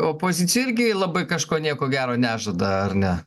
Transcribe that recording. opozicija irgi labai kažko nieko gero nežada ar ne